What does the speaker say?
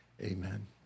amen